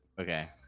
Okay